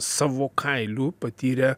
savo kailiu patyrė